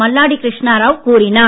மல்லாடி கிருஷ்ணராவ் கூறினார்